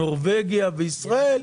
נורבגיה וישראל,